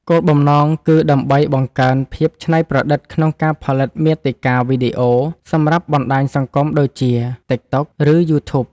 គោលបំណងគឺដើម្បីបង្កើនភាពច្នៃប្រឌិតក្នុងការផលិតមាតិកាវីដេអូសម្រាប់បណ្ដាញសង្គមដូចជា តិក តុក ឬ យូធូប។